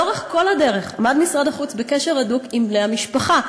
לאורך כל הדרך עמד משרד החוץ בקשר הדוק עם בני המשפחה,